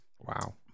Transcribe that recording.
Wow